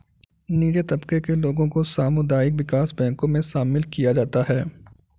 नीचे तबके के लोगों को सामुदायिक विकास बैंकों मे शामिल किया जाता है